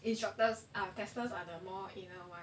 instructors are testers are the more